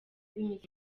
binyuze